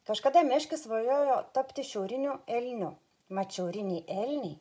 kažkada meškis svajojo tapti šiauriniu elniu mat šiauriniai elniai